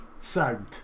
sound